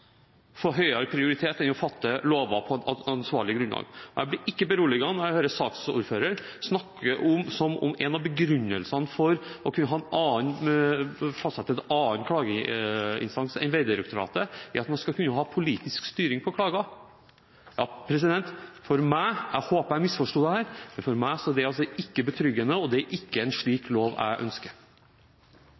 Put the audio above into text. høyere prioritet enn det å vedta lover på et ansvarlig grunnlag. Jeg blir ikke beroliget når jeg hører saksordføreren snakke som om at en av begrunnelsene for å kunne fastsette en annen klageinstans enn Vegdirektoratet er at man skal kunne ha politisk styring med klager. For meg – jeg håper jeg misforsto dette – er det ikke betryggende, og det er ikke en slik lov jeg ønsker.